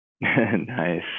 Nice